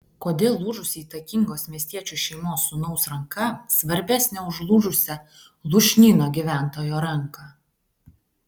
kodėl lūžusi įtakingos miestiečių šeimos sūnaus ranka svarbesnė už lūžusią lūšnyno gyventojo ranką